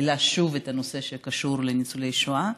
העלה שוב את הנושא שקשור לניצולי שואה,